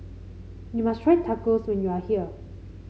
you must try Tacos when you are here